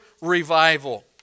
revival